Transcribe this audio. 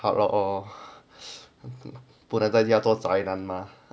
hard rock orh 不能在家做宅男吗